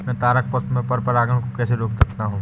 मैं तारक पुष्प में पर परागण को कैसे रोक सकता हूँ?